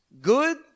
good